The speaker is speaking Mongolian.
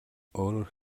өөрөөр